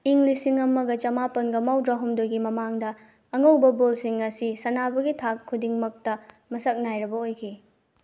ꯏꯪ ꯂꯤꯁꯤꯡ ꯑꯃꯒ ꯆꯝꯃꯥꯄꯜ ꯃꯧꯗ꯭ꯔꯥꯍꯨꯝꯗꯣꯏꯗ ꯑꯉꯧꯕ ꯕꯣꯜꯁꯤꯡ ꯑꯁꯤ ꯁꯥꯟꯅꯕꯒꯤ ꯊꯥꯡ ꯈꯨꯗꯤꯡꯃꯛꯇ ꯃꯁꯛ ꯅꯥꯏꯔꯒ ꯑꯣꯏꯈꯤ